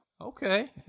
Okay